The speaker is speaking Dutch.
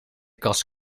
kast